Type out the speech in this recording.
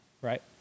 Right